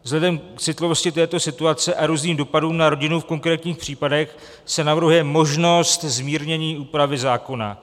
Vzhledem k citlivosti této situace a různým dopadům na rodinu v konkrétních případech, se navrhuje možnost zmírnění úpravy zákona.